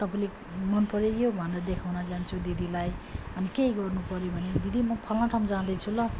तपाईँले मन पर्यो यो भनेर देखाउन जान्छु दिदीलाई के गर्नु पर्यो भने नि दिदी म फलाना ठाउँ जाँदैछु ल